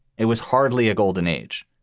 it was hardly a golden age.